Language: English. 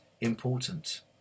important